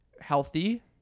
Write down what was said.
healthy